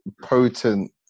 potent